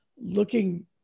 looking